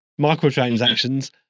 microtransactions